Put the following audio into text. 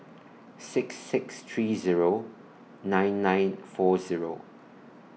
six six three Zero nine nine four Zero